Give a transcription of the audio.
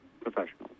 professionals